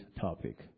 topic